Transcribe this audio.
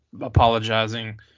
apologizing